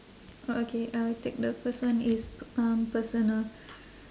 okay uh take the first one it's p~ um personal